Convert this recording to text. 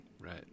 right